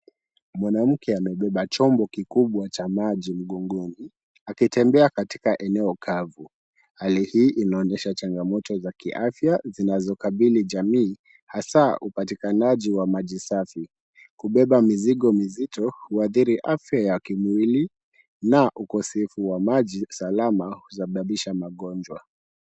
Mwanamke amebeba chombo kikubwa cha maji mgongoni akitembea katika eneo kavu. Hali hii inaonyesha changamoto za kiafya zinazokabili jamii hasa upatikanaji wa maji safi. Kubeba mizigo mizito huathiri afya ya kimwili na ukosefu wa maji salama husababisha magonjwa.